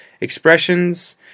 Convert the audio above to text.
expressions